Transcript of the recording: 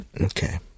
Okay